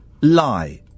lie